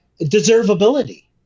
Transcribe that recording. deservability